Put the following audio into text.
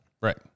Right